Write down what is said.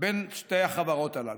בין שתי החברות הללו.